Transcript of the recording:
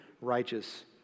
righteous